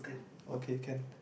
okay can